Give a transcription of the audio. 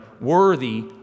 worthy